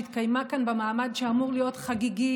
שהתקיימה כאן במעמד שאמור להיות חגיגי